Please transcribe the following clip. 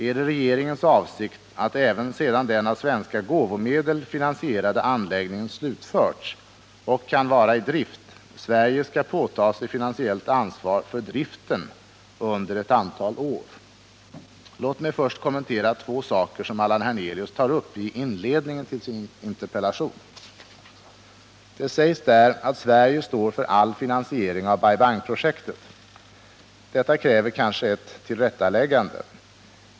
Är det regeringens avsikt att, även sedan den av svenska gåvomedel finansierade anläggningen slutförts och kan vara i drift, Sverige skall påtaga sig finansiellt ansvar för driften under ett antal år? Låt mig först kommentera två saker som Allan Hernelius tar upp i inledningen till sin interpellation. Det sägs där att Sverige står för all finansiering av Bai Bang-projektet. Detta kräver kanske ett tillrättaläggande.